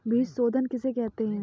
बीज शोधन किसे कहते हैं?